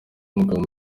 mugabo